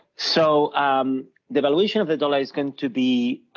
so um the valuation of the dollar is going to be